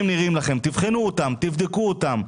הדברים נראים לכם, תבחנו אותם, תבדקו אותם.